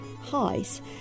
highs